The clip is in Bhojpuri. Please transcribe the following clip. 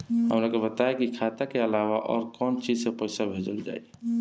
हमरा के बताई की खाता के अलावा और कौन चीज से पइसा भेजल जाई?